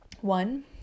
One